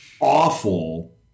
awful